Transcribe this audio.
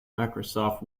microsoft